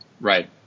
Right